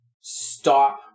stop